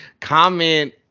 comment